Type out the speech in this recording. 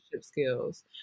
skills